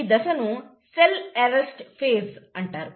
ఈ దశను cell arrest phase అంటారు